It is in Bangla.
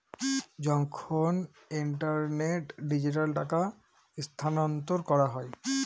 যখন ইন্টারনেটে ডিজিটালি টাকা স্থানান্তর করা হয়